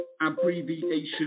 abbreviation